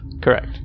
Correct